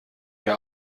der